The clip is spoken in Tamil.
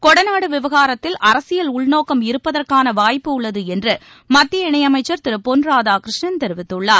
கொடநாடு விவகாரத்தில் அரசியல் உள்நோக்கம் இருப்பதற்கான வாய்ப்பு உள்ளது என்று மத்திய இணை அமைச்சர் திரு பொன் ராதாகிருஷ்ணன் தெரிவித்துள்ளார்